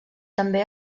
també